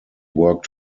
work